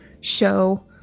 show